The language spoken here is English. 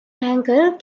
ankle